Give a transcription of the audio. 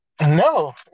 No